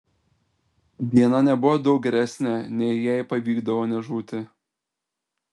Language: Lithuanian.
diena nebuvo daug geresnė nei jei pavykdavo nežūti